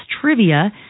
trivia